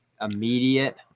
immediate